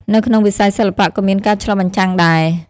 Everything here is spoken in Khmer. នៅក្នុងវិស័យសិល្បៈក៏មានការឆ្លុះបញ្ចាំងដែរ។